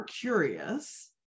curious